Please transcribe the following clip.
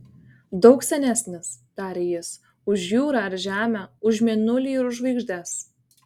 daug senesnis tarė jis už jūrą ar žemę už mėnulį ir už žvaigždes